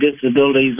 disabilities